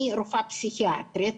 אני רופאה פסיכיאטרית,